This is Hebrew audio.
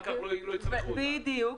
בדיוק.